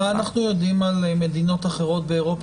מה אנחנו יודעים על מדינות אחרות באירופה